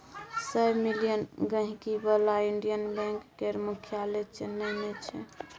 सय मिलियन गांहिकी बला इंडियन बैंक केर मुख्यालय चेन्नई मे छै